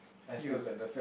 you